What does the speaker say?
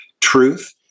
truth